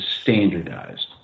standardized